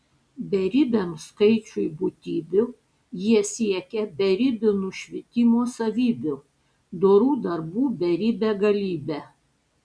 beribiam skaičiui būtybių jie siekia beribių nušvitimo savybių dorų darbų beribe galybe